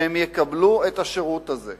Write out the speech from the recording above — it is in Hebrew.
שהם יקבלו את השירות הזה?